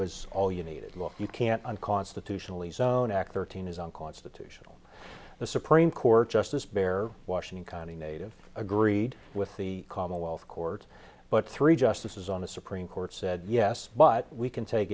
was all you needed law you can't unconstitutionally zone act thirteen is unconstitutional the supreme court justice bear washington county native agreed with the commonwealth court but three justices on the supreme court said yes but we can take